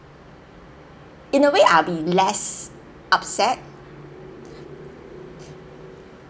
in a way I'll be less upset